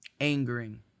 angering